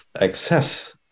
excess